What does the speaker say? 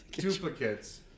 Duplicates